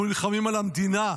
אנחנו נלחמים על המדינה,